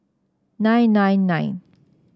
nine nine nine